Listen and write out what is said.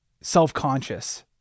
self-conscious